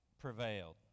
prevailed